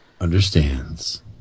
understands